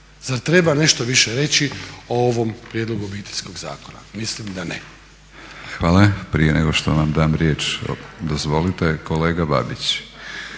Zar treba nešto više reći o ovom prijedlogu Obiteljskog zakona? Mislim da ne. **Batinić, Milorad (HNS)** Hvala. Prije nego što vam dam riječ dozvolite kolega Babić.